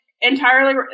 entirely